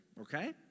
okay